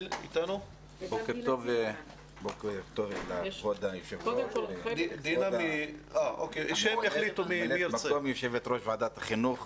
בוקר טוב לכבוד היושב ראש וכבוד ממלאת מקום יושב ראש ועדת החינוך,